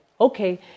okay